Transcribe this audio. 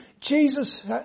Jesus